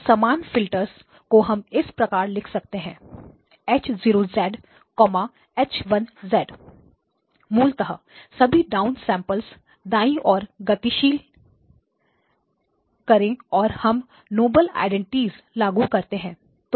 दो समान फिल्टर्स को हम इस प्रकार लिख सकते हैं H 0 H 1 मूलतः सभी डाउन सैंपलर्स दाई और गतिशील करेऔर हम नोबल आइडेंटिटीइस लागू करते है